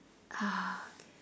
ah okay